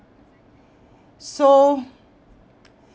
so